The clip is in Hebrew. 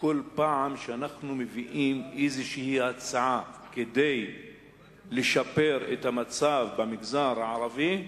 כל פעם שאנחנו מביאים איזו הצעה כדי לשפר את המצב במגזר הערבי,